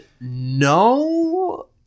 No